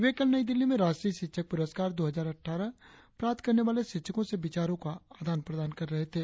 वे कल नई दिल्ली में राष्ट्रीय शिक्षक पुरस्कार दो हजार अट्ठारह प्राप्त करने वाले शिक्षकों से विचारों का आदान प्रदान कर रहे थे